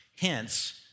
Hence